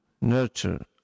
nurture